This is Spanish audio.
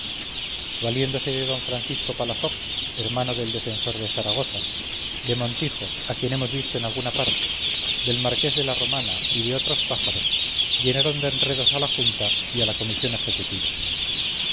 valiéndose de d francisco palafox hermano del defensor de zaragoza de montijo a quien hemos visto en alguna parte del marqués de la romana y de otros pájaros llenaron de enredos a la junta y a la comisión ejecutiva